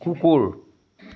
কুকুৰ